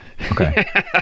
Okay